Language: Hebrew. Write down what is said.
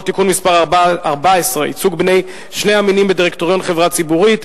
(תיקון מס' 14) (ייצוג בני שני המינים בדירקטוריון חברה ציבורית),